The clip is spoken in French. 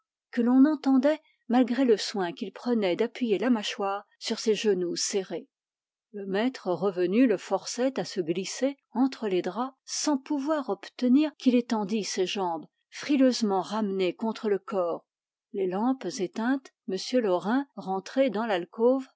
que l'on entendait malgré le soin qu'il prenait d'appuyer la mâchoire sur ses genoux serrés le maître revenu le forçait à se glisser entre les draps sans pouvoir obtenir qu'il étendît ses jambes frileusement ramenées contre le corps les lampes éteintes m laurin rentré dans l'alcôve